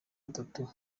atatu